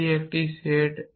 এটি একটি সেট